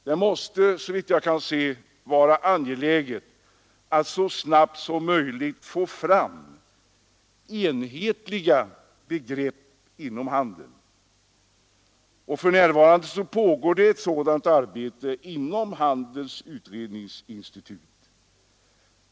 Det måste vara angeläget att så snabbt som möjligt få fram enhetliga begrepp inom handeln. För närvarande pågår det ett sådant arbete inom Handelns utredningsinstitut.